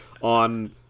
on